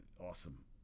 awesome